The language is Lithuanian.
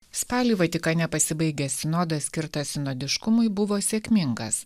spalį vatikane pasibaigęs sinodas skirtas sinodiškumui buvo sėkmingas